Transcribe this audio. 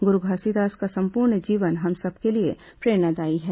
गुरू घासीदास का संपूर्ण जीवन हम सबके लिए प्रेरणादायी है